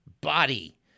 body